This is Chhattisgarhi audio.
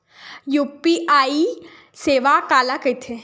यू.पी.आई सेवा काला कइथे?